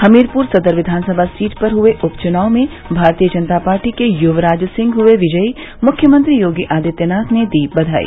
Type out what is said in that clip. हमीरपुर सदर विधानसभा सीट पर हुए उप चुनाव में भारतीय जनता पार्टी के युवराज सिंह हुये विजयी मुख्यमंत्री योगी आदित्यनाथ ने दी बधाई